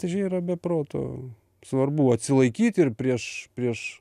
tai čia yra be proto svarbu atsilaikyt ir prieš prieš